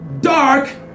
dark